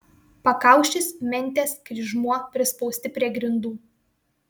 pakaušis mentės kryžmuo prispausti prie grindų